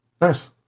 nice